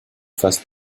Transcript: fast